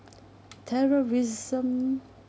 terrorism